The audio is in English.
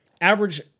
average